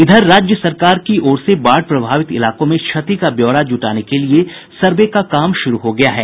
इधर राज्य सरकार की ओर से बाढ़ प्रभावित इलाकों में क्षति का ब्यौरा जुटाने के लिए सर्वे का काम शुरू हो गया है